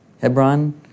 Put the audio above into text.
Hebron